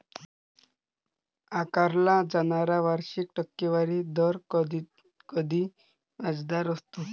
आकारला जाणारा वार्षिक टक्केवारी दर कधीकधी व्याजदर असतो